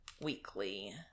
weekly